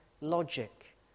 logic